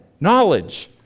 knowledge